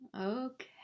Okay